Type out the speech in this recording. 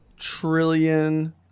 Trillion